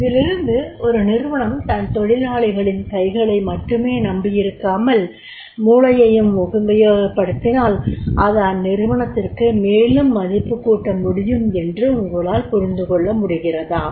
இதிலிருந்து ஒரு நிறுவனம் தன் தொழிலாளிகளின் கைகளை மட்டுமே நம்பியிருக்காமல் மூளையையும் உபயோகப்படுத்தினால் அது அந்நிறுவனத்திற்கு மேலும் மதிப்புக் கூட்ட முடியும் என்று உங்களால் புரிந்துகொள்ள முடிகிறதா